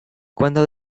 cuando